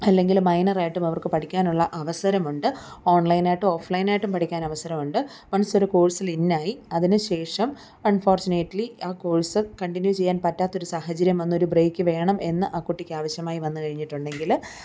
അല്ലെങ്കിലും മൈനറായിട്ടും അവർക്ക് പഠിക്കാനുള്ള അവസരമുണ്ട് ഓൺലൈനായിട്ടും ഓഫ്ലൈനായിട്ടും പഠിക്കാൻ അവസരമുണ്ട് വൺസ് ഒരു കോഴ്സിൽ ഇൻ ആയി അതിനു ശേഷം അൺഫോർചുനേറ്റ്ലി ആ കോഴ്സ് കണ്ടിന്യൂ ചെയ്യാൻ പറ്റാത്ത ഒരു സാഹചര്യം വന്നു ഒരു ബ്രേക്ക് വേണം എന്ന് ആ കുട്ടിക്ക് ആവശ്യമായി വന്നു കഴിഞ്ഞിട്ട് ഉണ്ടെങ്കിൽ